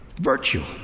Virtue